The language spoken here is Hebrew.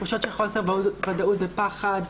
תחושות של חוסר ודאות ופחד.